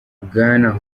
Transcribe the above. bwana